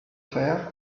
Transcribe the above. fer